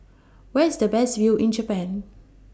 Where IS The Best View in Japan